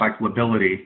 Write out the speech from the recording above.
recyclability